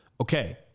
okay